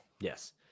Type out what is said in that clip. Yes